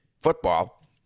football